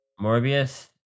Morbius